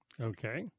Okay